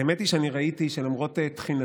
האמת היא שאני ראיתי שלמרות תחינתי